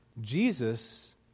Jesus